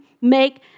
make